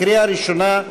לקריאה ראשונה.